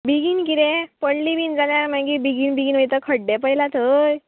बेगीन किरें पडली बीन जाल्यार मागीर बेगीन बेगीन वयता खड्डे पळयला थंय